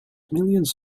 millions